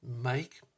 Make